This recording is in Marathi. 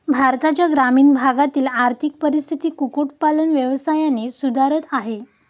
भारताच्या ग्रामीण भागातील आर्थिक परिस्थिती कुक्कुट पालन व्यवसायाने सुधारत आहे